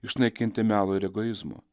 išnaikinti melo ir egoizmo